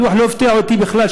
הדוח לא הפתיע אותי בכלל,